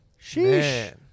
Sheesh